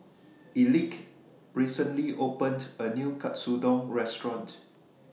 Elick recently opened A New Katsudon Restaurant